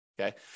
okay